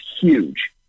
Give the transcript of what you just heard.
huge